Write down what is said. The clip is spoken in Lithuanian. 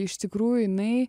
iš tikrųjų jinai